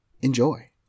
enjoy